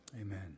Amen